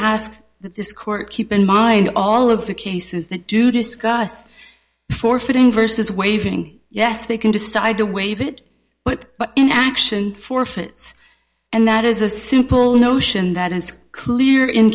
ask that this court keep in mind all of the cases that do discuss forfeiting versus waving yes they can decide to waive it but in action forfeits and that is a simple notion that is clear in